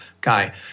guy